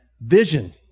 vision